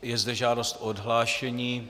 Je zde žádost o odhlášení.